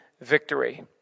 victory